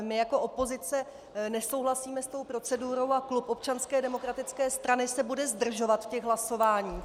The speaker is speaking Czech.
My jako opozice nesouhlasíme s tou procedurou a klub Občanské demokratické strany se bude zdržovat těch hlasování.